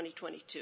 2022